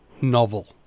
novel